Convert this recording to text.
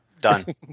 Done